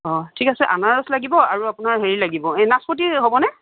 অঁ ঠিক আছে আনাৰস লাগিব আৰু আপোনাৰ হেৰি লাগিব এই নাচপতি হ'বনে